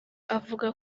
avuga